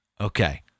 Okay